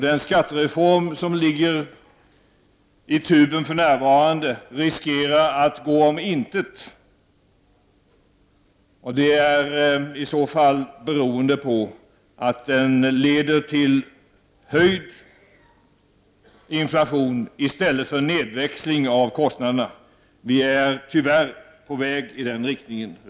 Den skattereform som nu genomförs riskerar att gå om intet, och det är i så fall beroende på att den leder till ökad inflationstakt i stället för en nedväxling när det gäller kostnaderna. Vi är tyvärr på väg i den riktningen.